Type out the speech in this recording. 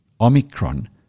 Omicron